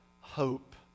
Hope